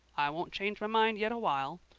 i won't change my mind yit awhile.